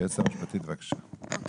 היועצת המשפטית, בבקשה.